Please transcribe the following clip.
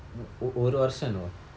ஒரு வருடம்:oru varudam you know